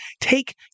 take